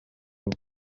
ubwe